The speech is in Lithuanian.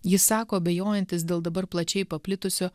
jis sako abejojantis dėl dabar plačiai paplitusio